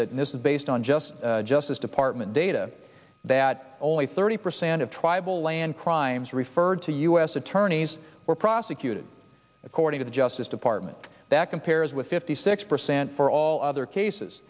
that this is based on just justice department data that only thirty percent of tribal land crimes referred to u s attorneys were prosecuted according to the justice department that compares with fifty six percent for all other cases